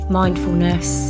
mindfulness